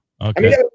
Okay